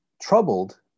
troubled